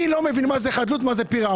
אני לא מבין מה זה חדלות ומה זה פירעון,